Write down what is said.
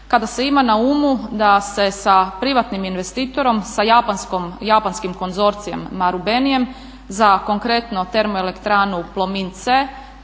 kada se ima na umu da se sa privatnim investitorom, sa japanskim konzorcijem Marubenijem za konkretno termoelektranu Plomin C